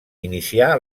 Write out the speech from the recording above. inicià